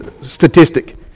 statistic